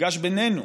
המפגש בינינו,